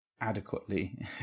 adequately